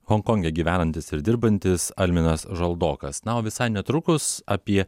honkonge gyvenantis ir dirbantis alminas žaldokas na o visai netrukus apie